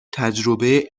تجربه